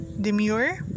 demure